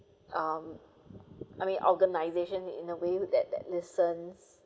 um I mean organisation in a way that that listens